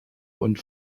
und